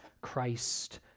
Christ